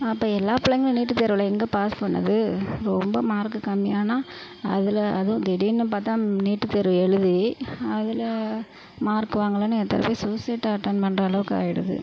அப்போ எல்லா பிள்ளைங்களும் நீட்டு தேர்வில் எங்கே பாஸ் பண்ணுது ரொம்ப மார்க்கு கம்மியானால் அதில் அதுவும் திடீரெனு பார்த்தா நீட்டு தேர்வு எழுதி அதில் மார்க்கு வாங்கலைன்னு எத்தனை பேர் சூசைட் அட்டன் பண்ணுற அளவுக்கு ஆகிடுது